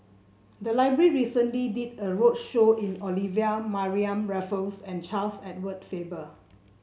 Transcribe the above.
the library recently did a roadshow on Olivia Mariamne Raffles and Charles Edward Faber